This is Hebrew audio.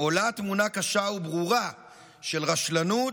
עולה תמונה קשה וברורה של רשלנות,